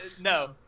No